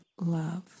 love